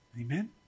Amen